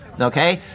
Okay